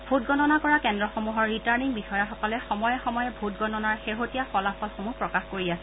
vote গণনা কৰা কেন্দ্ৰসমূহৰ ৰিটাৰ্ণিং বিষয়াসকলে সময়ে সময়ে ভোটগণনাৰ শেহতীয়া ফলাফলসমূহ প্ৰকাশ কৰি আছে